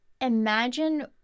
imagine